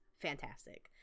fantastic